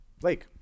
Blake